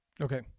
Okay